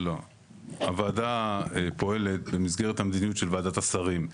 הוועדה פועלת במסגרת המדיניות של ועדת השרים.